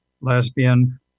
lesbian